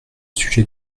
sujet